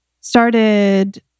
started